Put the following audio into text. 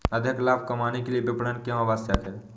अधिक लाभ कमाने के लिए विपणन क्यो आवश्यक है?